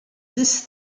dix